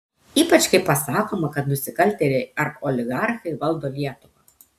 ypač kai pasakoma kad nusikaltėliai ar oligarchai valdo lietuvą